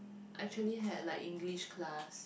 actually had like English class